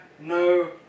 no